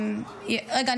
רגע,